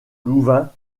louvain